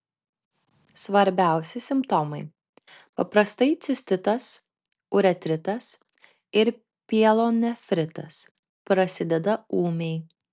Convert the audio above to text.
svarbiausi simptomai paprastai cistitas uretritas ir pielonefritas prasideda ūmiai